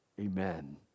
amen